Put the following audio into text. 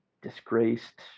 disgraced